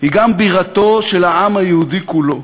היא גם בירתו של העם היהודי כולו,